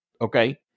Okay